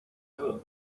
nudo